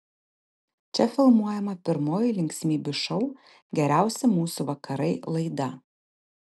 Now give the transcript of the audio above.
čia filmuojama pirmoji linksmybių šou geriausi mūsų vakarai laida